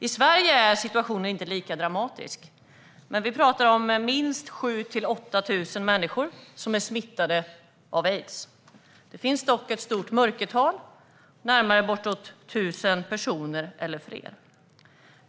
I Sverige är situationen inte lika dramatisk, men vi talar om minst 7 000-8 000 människor som är smittade av hiv. Det finns dock ett stört mörkertal - bortåt 1 000 eller fler.